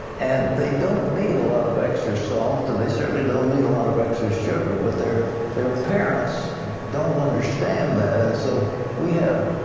and they don't need a lot of extra salt and they sort of don't need a lot of extra sugar. but their their parents don't understand that and so we have,